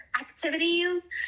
activities